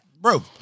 bro